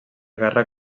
guerra